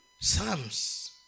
Psalms